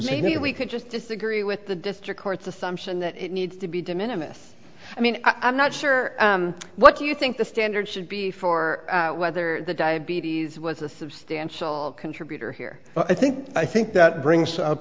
maybe we could just disagree with the district court's assumption that it needs to be de minimus i mean i'm not sure what you think the standard should be for whether the diabetes was a substantial contributor here but i think i think that brings up